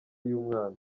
y’umwana